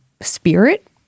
spirit